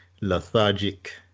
lethargic